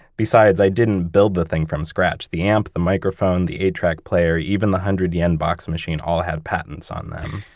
besides, i didn't build the thing from scratch. the amp, the microphone, the eight-track player, even the one hundred yen box machine all had patents on them.